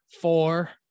four